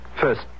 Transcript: first